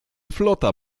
flota